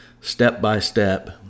step-by-step